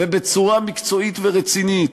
ובצורה מקצועית ורצינית,